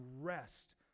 rest